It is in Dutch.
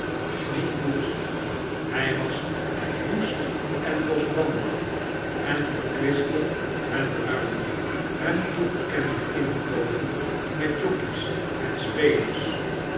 niet goed hy was woest en losbandig en verkwistte het ruime hem toegekende inkomen met jockey's en spelers